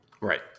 right